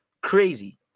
Crazy